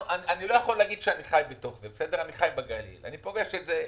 אני חי בגליל 40 שנה ופוגש את זה בתורים.